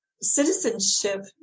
citizenship